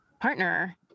partner